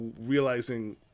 realizing